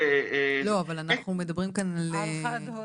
לא, אבל אנחנו מדברים כאן על הורה